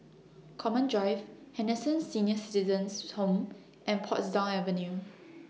Common Drive Henderson Senior Citizens' Home and Portsdown Avenue